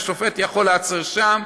והשופט יכול להיעצר שם.